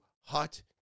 hot